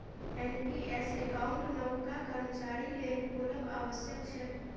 NPS account नबका कर्मचारी लेल खोलब आबश्यक छै